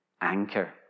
anchor